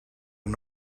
and